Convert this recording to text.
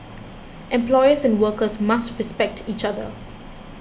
employers and workers must respect each other